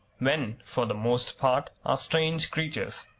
men, for the most part, are strange creatures,